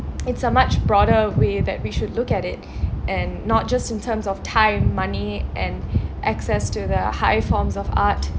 it's a much broader way that we should look at it and not just in terms of time money and access to the high forms of art